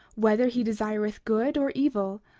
whether he desireth good or evil,